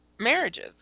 Marriages